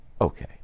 Okay